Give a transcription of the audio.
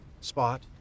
spot